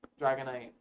Dragonite